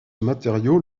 matériau